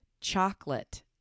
chocolate